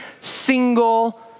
single